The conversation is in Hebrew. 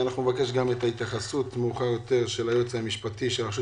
מאוחר יותר אנחנו נבקש גם את ההתייחסות של היועץ המשפטי של הרשות